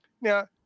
Now